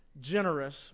generous